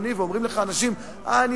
ואומרים לך אנשים: אה,